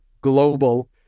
Global